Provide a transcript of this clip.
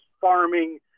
farming